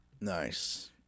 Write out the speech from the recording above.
Nice